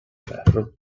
ferro